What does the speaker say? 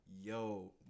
yo